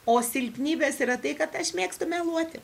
o silpnybės yra tai kad aš mėgstu meluoti